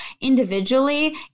individually